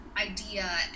idea